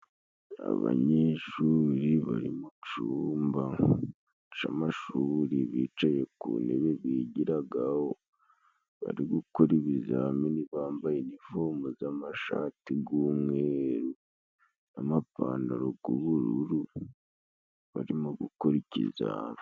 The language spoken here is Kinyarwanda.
Abanyeshuri bari mu cumba c'amashuri bicaye ku ntebe bigiragaho, bari gukora ibizamini bambaye inifomu z'amashati g'umweru n'amapantaro g'ubururu, barimo gukora ikizame.